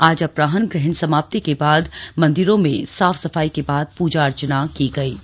आज अपराहन ग्रहण समाप्ति के बाद मंदिों में साफ सफाई के बाद प्रजा अर्चना की गयी